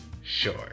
sure